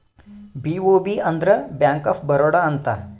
BOB ಅಂದ್ರ bank of Baroda ಅಂತ